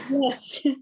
Yes